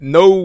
no